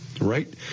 right